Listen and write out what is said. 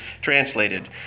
translated